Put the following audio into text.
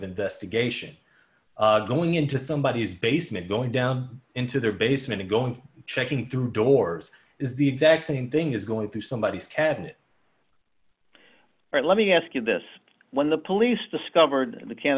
investigation going into somebody's basement going down into their basement going checking through doors is the exact same thing is going through somebody's cabinet let me ask you this when the police discovered the can